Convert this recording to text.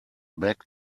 back